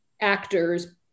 actors